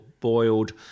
boiled